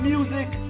Music